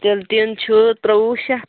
تِلہٕ ٹیٖن چھُ ترٛوٚوُہ شٮ۪تھ